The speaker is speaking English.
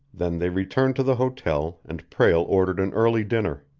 then they returned to the hotel and prale ordered an early dinner.